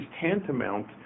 tantamount